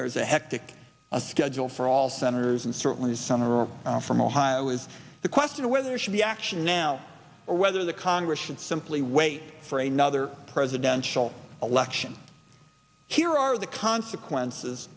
there is a hectic schedule for all senators and certainly some are from ohio is the question whether there should be action now or whether the congress should simply wait for another presidential election here are the consequences